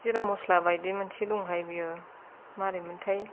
जिरा मसला बायदि मोनसे दंहाय बेयो मारैमोन्थाय